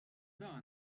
dan